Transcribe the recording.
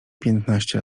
piętnaście